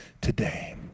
today